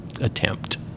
attempt